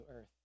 earth